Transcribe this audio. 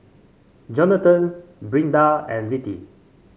Johnathon Brinda and Littie